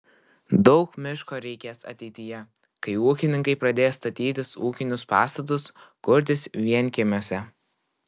daug miško reikės ateityje kai ūkininkai pradės statytis ūkinius pastatus kurtis vienkiemiuose